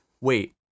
Wait